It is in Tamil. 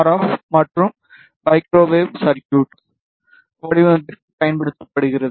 எஃப் மற்றும் மைக்ரோவேவ் சர்க்யூட் வடிவமைப்பிற்குப் பயன்படுத்தப்படுகிறது